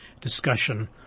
discussion